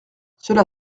cela